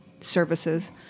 services